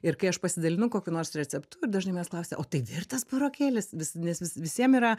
ir kai aš pasidalinu kokiu nors receptu ir dažnai manęs klausia o tai virtas burokėlis vis nes vi visiem yra